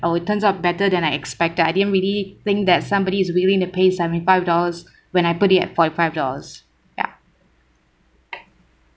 oh it turns out better than I expected I didn't really think that somebody is willing to pay seventy five dollars when I put it at forty five dollars ya